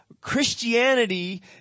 Christianity